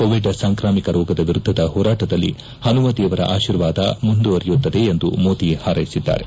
Covid ಸಾಂಕ್ರಾಮಿಕ ರೋಗದ ವಿರುದ್ದದ ಹೋರಾಟದಲ್ಲಿ ಹನುಮ ದೇವರ ಆಶೀರ್ವಾದ ಮುಂದುವರಿಯುತ್ತದೆ ಎಂದು ಮೋದಿ ಹಾರ್ನೆಸಿದ್ದಾರೆ